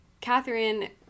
Catherine